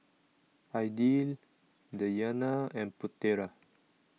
Aidil Dayana and Putera